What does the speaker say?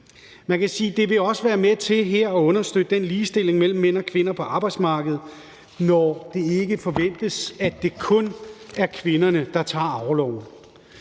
Man kan sige, at det også her vil være med til at understøtte ligestillingen mellem mænd og kvinder på arbejdsmarkedet, når det ikke forventes, at det kun er kvinderne, der tager orloven.